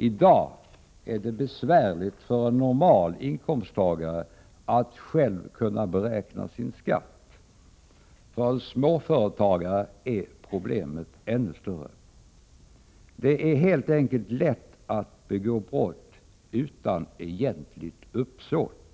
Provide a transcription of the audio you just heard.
I dag är det besvärligt för en normal inkomsttagare att själv kunna beräkna sin skatt. För en småföretagare är problemet ännu större. Det är helt enkelt lätt att begå brott utan egentligt uppsåt.